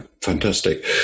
Fantastic